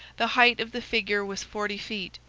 the height of the figure was forty feet,